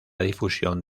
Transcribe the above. difusión